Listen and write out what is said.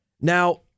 Now-